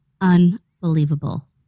unbelievable